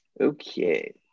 okay